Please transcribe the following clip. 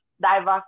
diverse